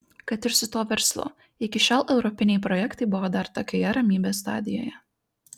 kad ir su tuo verslu iki šiol europiniai projektai buvo dar tokioje ramybės stadijoje